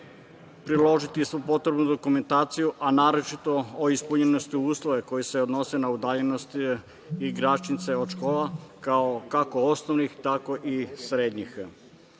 priložiti svu potrebnu dokumentaciju, a naročito o ispunjenosti uslova koji se odnose na udaljenost igračnice od škola, kako osnovnih, tako i srednjih. Sam